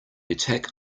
attack